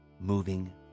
moving